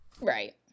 Right